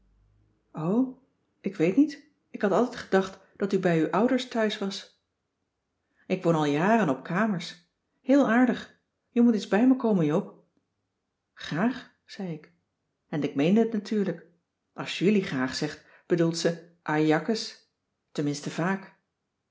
ik weet niet ik heb altijd gedacht dat u bij uw ouders thuis was ik woon al jaren op kamers heel aardig je moet eens bij me komen joop graag zei ik en ik meende het natuurlijk als julie graag zegt bedoeld ze ajakkes tenminste vaak